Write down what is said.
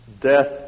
death